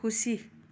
खुसी